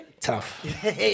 Tough